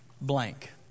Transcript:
blank